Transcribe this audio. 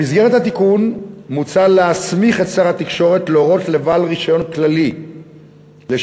במסגרת התיקון מוצע להסמיך את שר התקשורת להורות לבעל רישיון כללי לשידורי